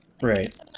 right